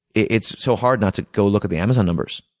it's so hard not to go look at the amazon numbers.